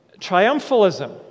triumphalism